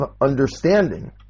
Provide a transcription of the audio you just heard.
understanding